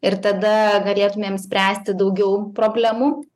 ir tada galėtumėm spręsti daugiau problemų